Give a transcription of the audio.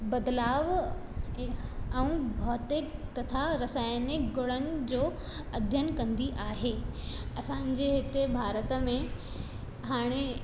बदिलाउ जे ऐं भौतिक तथा रसायनिक गुणनि जो अध्यन कंदी आहे असांजे हिते भारत में हाणे